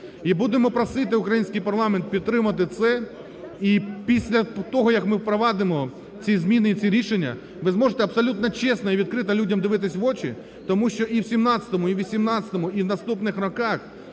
і будемо просити український парламент підтримати це. І після того, як ми впровадимо ці зміни і ці рішення, ви зможете абсолютно чесно і відкрито людям дивитися в очі, тому що і в 2017-му, і в 2018-му, і в наступних роках